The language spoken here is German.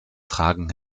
tragen